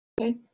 Okay